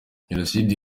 jenoside